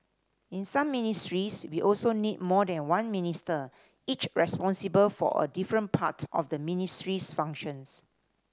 in some ministries we also need more than one Minister each responsible for a different part of the ministry's functions